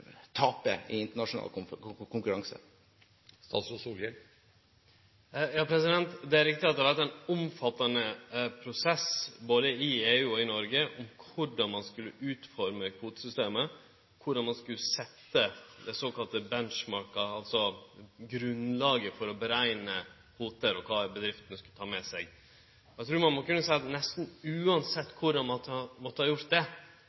taper i internasjonal konkurranse? Det er riktig at det har vore ein omfattande prosess både i EU og i Noreg om korleis ein skulle utforme kvotesystemet, korleis ein skulle setje såkalla benchmarking, altså grunnlaget for å berekne kvotar og kva bedriftene skulle ta med seg. Eg trur ein må kunne seie at nesten uansett korleis ein måtte ha gjort det,